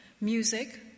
music